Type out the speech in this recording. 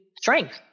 strength